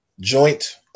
Joint